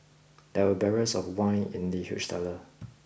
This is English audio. there were barrels of wine in the huge cellar